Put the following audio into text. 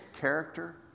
character